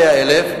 100,000,